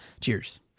Cheers